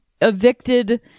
evicted